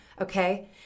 Okay